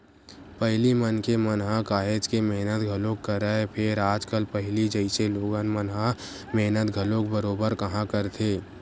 पहिली मनखे मन ह काहेच के मेहनत घलोक करय, फेर आजकल पहिली जइसे लोगन मन ह मेहनत घलोक बरोबर काँहा करथे